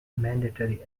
mandatory